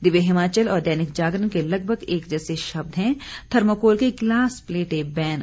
दिव्य हिमाचल और दैनिक जागरण के लगभग एक जैसे शब्द हैं थर्मोकोल के गिलास प्लेटें बैन